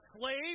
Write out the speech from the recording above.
slave